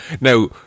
Now